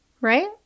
right